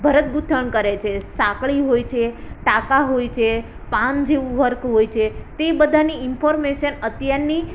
ભરત ગૂંથણ કરે છે સાંકળી હોય છે ટાંકા હોય છે પાંદ જેવું વર્ક હોય છે તે બધાંની ઇન્ફોર્મેશન અત્યારની